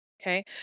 Okay